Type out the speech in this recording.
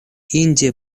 индия